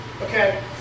okay